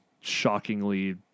shockingly